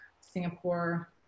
Singapore